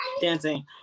Dancing